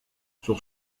sur